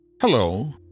hello